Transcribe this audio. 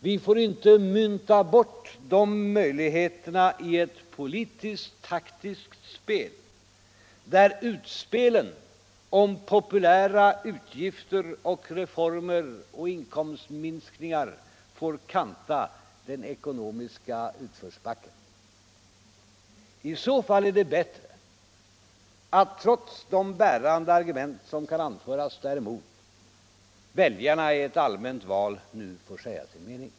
Vi får inte mynta bort de möjligheterna i ett politiskt-taktiskt spel, där utspelen om populära utgifter och reformer och inkomstminskningar får kanta den ekonomiska utförsbacken. I så fall är det bättre att, trots de bärande argument som kan anföras däremot, väljarna i ett allmänt val får säga sin mening.